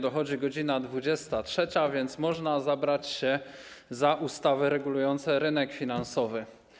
Dochodzi godz. 23, a więc można zabrać się za ustawy regulujące rynek finansowy.